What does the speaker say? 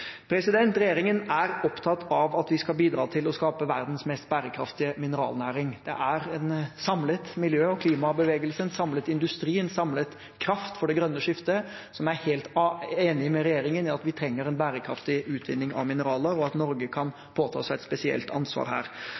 Regjeringen er opptatt av at vi skal bidra til å skape verdens mest bærekraftige mineralnæring. Det er en samlet miljø- og klimabevegelse, en samlet industri, en samlet kraft for det grønne skiftet som er helt enig med regjeringen i at vi trenger en bærekraftig utvinning av mineraler, og at Norge kan påta seg et spesielt ansvar her.